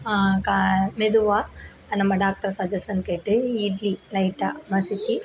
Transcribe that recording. க மெதுவாக நம்ம டாக்டர் சஜஷன் கேட்டு இட்லி லைட்டாக மசிச்சு